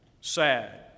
sad